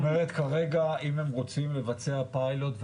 זאת אומרת כרגע אם הם רוצים לבצע פיילוטים